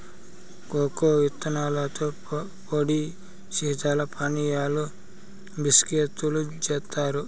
cocoa ఇత్తనాలతో పొడి శీతల పానీయాలు, బిస్కేత్తులు జేత్తారు